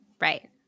right